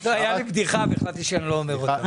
זאת הייתה בדיחה, והחלטתי שאני לא אומר אותה.